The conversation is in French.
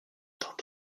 dans